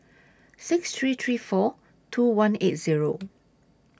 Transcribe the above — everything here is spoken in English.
six three three four two one eight Zero